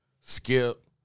Skip